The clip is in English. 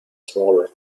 smaller